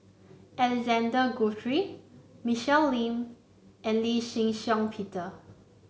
Alexander Guthrie Michelle Lim and Lee Shih Shiong Peter